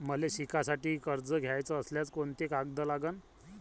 मले शिकासाठी कर्ज घ्याचं असल्यास कोंते कागद लागन?